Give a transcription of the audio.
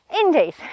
Indeed